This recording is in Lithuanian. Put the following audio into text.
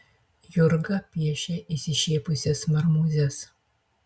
jurga piešia išsišiepusias marmūzes